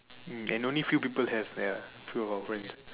mm and only few people have ya few of our friends